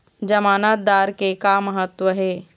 जमानतदार के का महत्व हे?